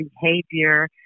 behavior